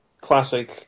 classic